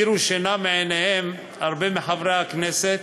הדירו שינה מעיניהם, הרבה מחברי הכנסת,